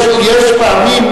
יש, פעמים,